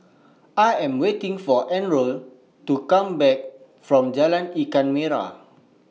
I Am waiting For Errol to Come Back from Jalan Ikan Merah